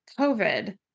COVID